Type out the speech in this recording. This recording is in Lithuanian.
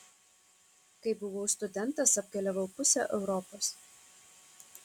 kai buvau studentas apkeliavau pusę europos